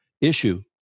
issue